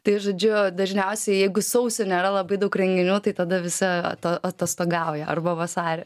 tai žodžiu dažniausiai jeigu sausį nėra labai daug renginių tai tada visa ta atostogauja arba vasarį